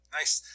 nice